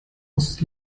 aus